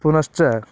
पुनश्च